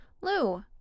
Lou